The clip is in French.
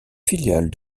filiale